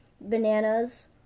bananas